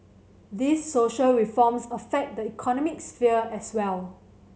these social reforms affect the economic sphere as well